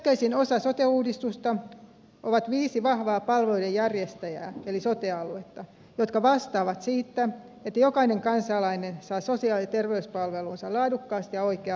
keskeisin osa sote uudistusta on viisi vahvaa palveluiden järjestäjää eli sote aluetta jotka vastaavat siitä että jokainen kansalainen saa sosiaali ja terveyspalvelunsa laadukkaasti ja oikea aikaisesti